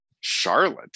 Charlotte